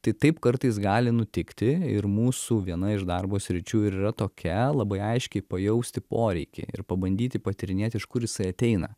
tai taip kartais gali nutikti ir mūsų viena iš darbo sričių ir yra tokia labai aiškiai pajausti poreikį ir pabandyti patyrinėti iš kur jisai ateina